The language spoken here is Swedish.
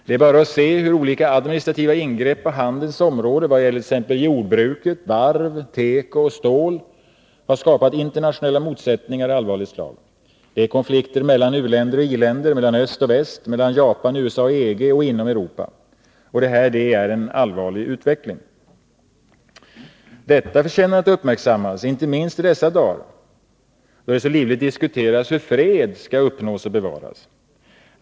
Det är bara att se hur olika administrativa ingrepp på handelns område när det gäller t.ex. jordbruk, varv, teko och stål har skapat internationella motsättningar av allvarligt slag, Det är konflikter mellan u-länder och i-länder, mellan öst och väst, mellan Japan, USA och EG och inom Europa. Detta är en allvarlig utveckling. Detta förtjänar att uppmärksammas inte minst i dessa dagar, då det så livligt diskuteras hur fred skall uppnås och bevaras.